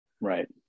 Right